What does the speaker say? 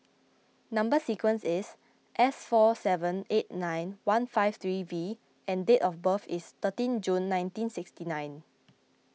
Number Sequence is S four seven eight nine one five three V and date of birth is thirteen June nineteen sixty nine